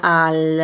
al